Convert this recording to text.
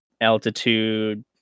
altitude